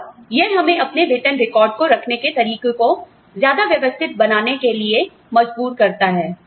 और यह हमें अपने वेतन रिकॉर्ड को रखने के तरीके को ज्यादा व्यवस्थित बनाने के लिए मजबूर करता है